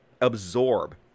absorb